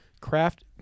craft